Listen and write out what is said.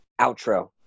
outro